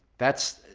that's,